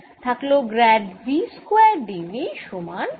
থাকল grad v square d v সমান 0